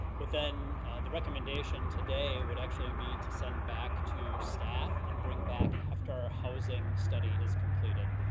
but then the recommendation today would actually be to send back to staff and bring back after our housing study is completed,